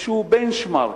איזה benchmark.